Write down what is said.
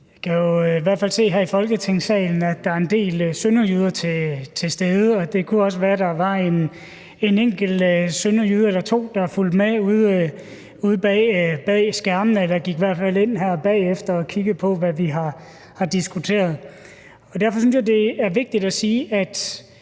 i Folketingssalen, at der er en del sønderjyder til stede, og det kunne også være, at der var en enkelt sønderjyde eller to, der har fulgt med ude bag skærmene eller går ind bagefter og kigger på, hvad vi har diskuteret. Derfor synes jeg, det er vigtigt at sige,